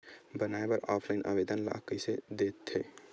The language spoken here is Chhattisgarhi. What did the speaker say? बनाये बर ऑफलाइन आवेदन का कइसे दे थे?